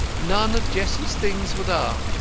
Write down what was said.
none of jessie's things were there.